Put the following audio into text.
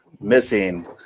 missing –